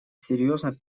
серьезно